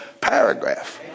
paragraph